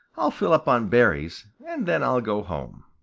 i'll fill up on berries and then i'll go home.